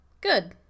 Good